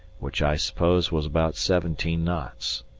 which i suppose was about seventeen knots.